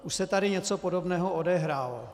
Už se tady něco podobného odehrálo.